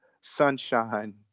sunshine